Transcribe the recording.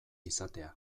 izatea